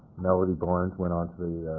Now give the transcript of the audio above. melody barnes went on to the